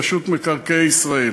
רשות מקרקעי ישראל,